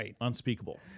unspeakable